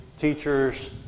teachers